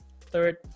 third